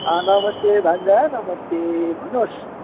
अँ नमस्ते भान्जा नमस्ते भन्नुहोस्